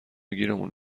گیرمون